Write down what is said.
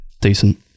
decent